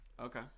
Okay